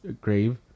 grave